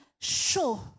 show